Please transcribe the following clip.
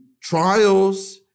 trials